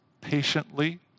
patiently